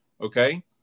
Okay